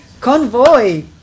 Convoy